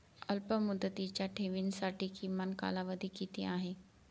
अल्पमुदतीच्या ठेवींसाठी किमान कालावधी किती आहे?